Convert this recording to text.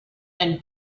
and